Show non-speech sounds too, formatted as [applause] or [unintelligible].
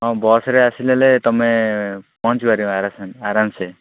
ହଁ ବସ୍ରେ ଆସିଲେ ତୁମେ ପହଞ୍ଚି ପାରିବ [unintelligible] ଆରମସେ